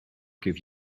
give